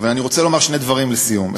אבל אני רוצה לומר שני דברים לסיום: